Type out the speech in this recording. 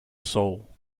soul